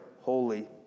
holy